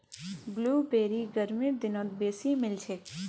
blueberry गर्मीर दिनत बेसी मिलछेक